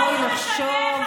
בואי נחשוב, בואי נחשוב.